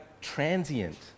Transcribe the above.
transient